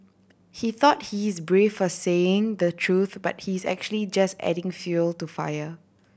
he thought he's brave for saying the truth but he's actually just adding fuel to fire